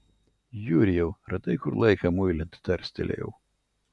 jurijau radai kur laiką muilint tarstelėjau